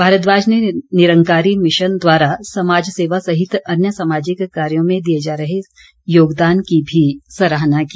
भारद्वाज ने निरंकारी मिशन द्वारा समाज सेवा सहित अन्य सामाजिक कार्यों में दिए जा रहे योगदान की भी सराहना की